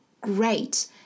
great